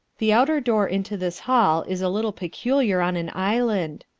the outer door into this hall is a little peculiar on an island.